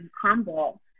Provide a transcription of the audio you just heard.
crumble